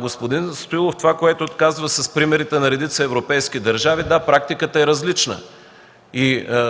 Господин Стоилов, това, което казахте с примерите на редица европейски държави – да, практиката е различна.